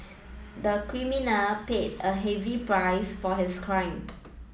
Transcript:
the criminal paid a heavy price for his crime